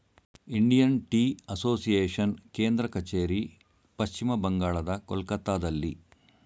Indian Tea Association ಕೇಂದ್ರ ಕಚೇರಿ ಪಶ್ಚಿಮ ಬಂಗಾಳದ ಕೊಲ್ಕತ್ತಾದಲ್ಲಿ